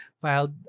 filed